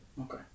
okay